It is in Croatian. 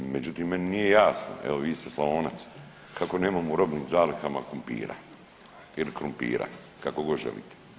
Međutim, meni nije jasno, evo vi ste Slavonac, kako nemamo u robnim zalihama kumpira ili krumpira, kako god želite.